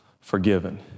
forgiven